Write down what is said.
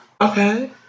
Okay